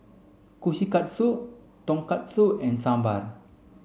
Kushikatsu Tonkatsu and Sambar